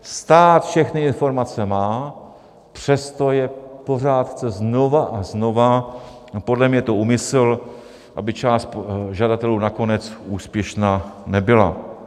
Stát všechny informace má, přesto je pořád chce znova a znova podle mě je to úmysl, aby část žadatelů nakonec úspěšná nebyla.